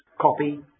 copy